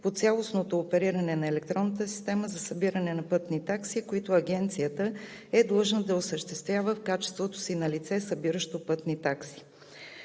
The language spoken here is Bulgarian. по цялостното опериране на електронната система за събиране на пътни такси, които Агенцията е длъжна да осъществява в качеството си на лице, събиращо пътни такси.